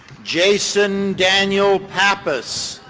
jason daniel pappas.